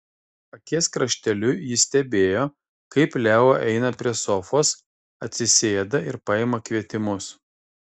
akies krašteliu ji stebėjo kaip leo eina prie sofos atsisėda ir paima kvietimus